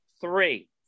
Three